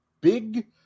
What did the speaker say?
big